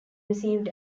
received